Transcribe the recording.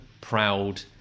proud